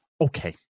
okay